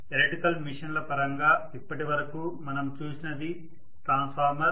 electrical మెషీన్ల పరంగా ఇప్పటివరకు మనం చూసినది ట్రాన్స్ఫార్మర్